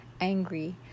angry